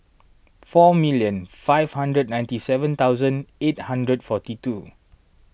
four million five hundred ninety seven thousand eight hundred forty two